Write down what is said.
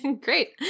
Great